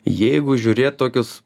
jeigu žiūrėt tokius